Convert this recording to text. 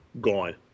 gone